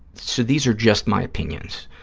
so these are just my opinions.